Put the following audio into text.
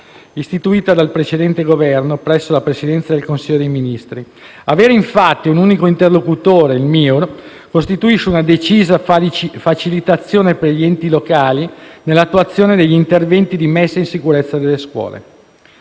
istituita dal precedente Governo presso la Presidenza del Consiglio dei ministri. Avere, infatti, un unico interlocutore, il MIUR, costituisce una decisa facilitazione per gli enti locali nell'attuazione degli interventi di messa in sicurezza delle scuole.